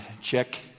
check